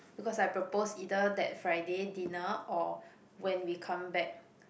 because I propose either that Friday dinner or when we come back